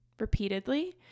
repeatedly